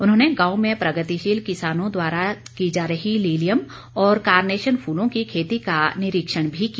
उन्होंने गांव में प्रगतिशील किसानों द्वारा की जा रही लीलियम और कारनेशन फूलों की खेती का निरीक्षण भी किया